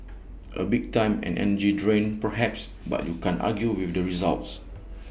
A bit time and energy draining perhaps but you can't argue with the results